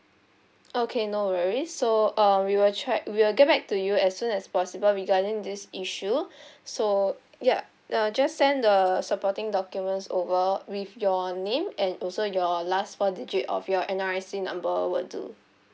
okay no worries so uh we'll try we'll get back to you as soon as possible regarding this issue so ya uh just send the supporting documents over with your name and also your last four digit of your N_R_I_C number will do